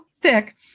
thick